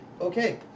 Okay